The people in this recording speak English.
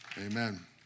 Amen